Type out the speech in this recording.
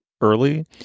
early